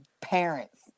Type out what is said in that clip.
parents